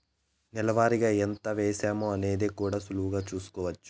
నెల వారిగా ఎంత వేశామో అనేది కూడా సులువుగా చూస్కోచ్చు